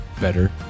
better